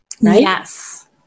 Yes